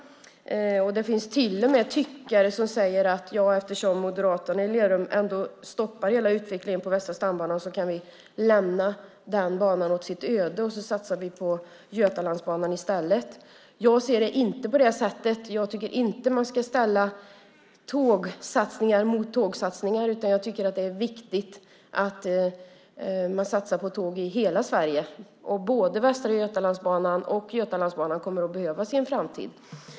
Det finns till och med tyckare som säger att eftersom moderaterna i Lerum stoppar hela utvecklingen av Västra stambanan kan vi lämna den banan åt sitt öde och i stället satsa på Götalandsbanan. Jag ser det inte på det sättet. Jag tycker inte att man ska ställa tågsatsningar mot tågsatsningar, utan jag tycker att det är viktigt att man satsar på tåg i hela Sverige. Både västra Götalandsbanan och Götalandsbanan kommer att behövas i en framtid.